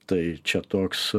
tai čia toks